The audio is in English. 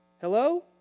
Hello